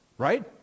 right